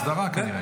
הסדרה, כן.